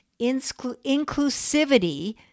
inclusivity